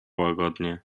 łagodnie